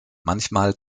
manchmal